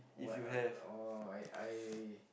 what I oh I I